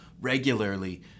regularly